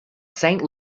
saint